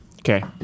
Okay